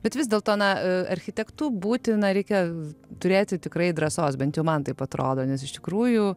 bet vis dėlto na architektu būti na reikia turėti tikrai drąsos bent jau man taip atrodo nes iš tikrųjų